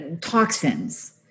toxins